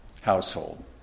household